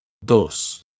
Dos